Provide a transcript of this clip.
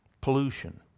pollution